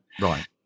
Right